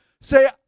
Say